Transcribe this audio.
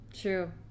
True